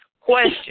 Question